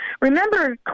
Remember